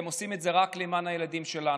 הם עושים את זה רק למען הילדים שלנו,